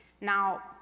Now